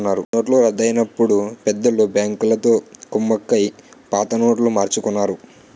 నోట్ల రద్దు అయినప్పుడు పెద్దోళ్ళు బ్యాంకులతో కుమ్మక్కై పాత నోట్లు మార్చుకున్నారు